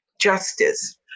justice